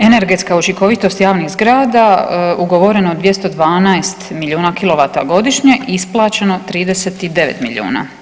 Energetska učinkovitost javnih zgrada, ugovoreno 212 milijuna kW godišnje, isplaćeno 39 milijuna.